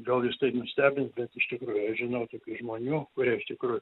gal jus tai nustebins bet iš tikrųjų aš žinau tokių žmonių kurie iš tikrųjų